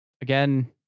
again